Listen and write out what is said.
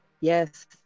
Yes